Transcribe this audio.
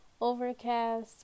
Overcast